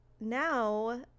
now